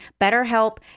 BetterHelp